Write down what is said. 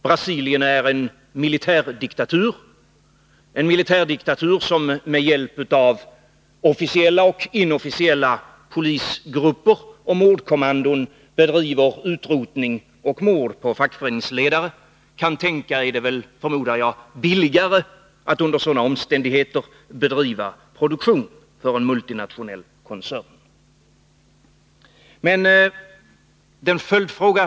Brasilien är en militärdiktatur, där regimen med hjälp av officiella och inofficiella polisgrupper och mordkommandon bedriver utrotning av fackföreningsledare. Kantänka är det billigare för en multinationell koncern att bedriva produktion under sådana omständigheter.